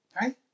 Right